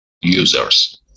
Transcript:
users